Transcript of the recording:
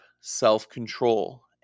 self-control